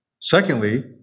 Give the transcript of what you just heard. Secondly